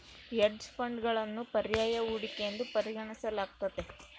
hedge ಫಂಡ್ಗಳನ್ನು ಪರ್ಯಾಯ ಹೂಡಿಕೆ ಎಂದು ಪರಿಗಣಿಸಲಾಗ್ತತೆ